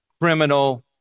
Criminal